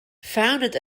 founded